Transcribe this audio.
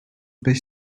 beş